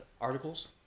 articles